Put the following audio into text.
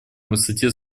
высоте